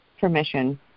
permission